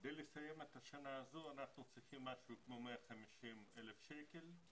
כדי לסיים את השנה הזו אנחנו צריכים משהו כמו 150,000 שקל.